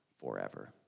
forever